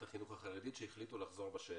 החינוך החרדית שהחליטו לחזור בשאלה.